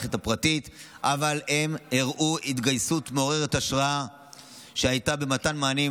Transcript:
במערכת הפרטית אבל הראו התגייסות מעוררת השראה במתן מענים